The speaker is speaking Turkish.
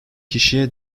kişiye